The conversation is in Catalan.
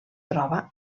troba